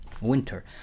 winter